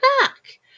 back